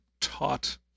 taught